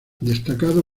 destacado